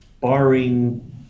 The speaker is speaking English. barring